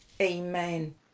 Amen